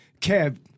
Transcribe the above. Kev